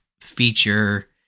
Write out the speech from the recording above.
feature